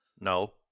No